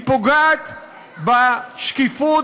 היא פוגעת בשקיפות,